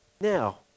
Now